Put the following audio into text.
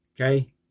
okay